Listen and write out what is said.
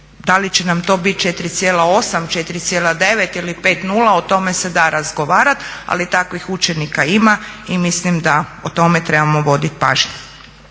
da li će nam to biti 4,8, 4,9 ili 5,00, o tome se da razgovarati ali takvih učenika ima i mislim da o tome trebamo voditi pažnju.